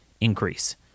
increase